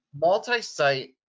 multi-site